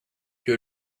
que